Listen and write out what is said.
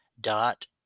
dot